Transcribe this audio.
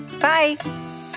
Bye